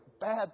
bad